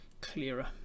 clearer